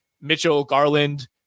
Mitchell-Garland